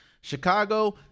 Chicago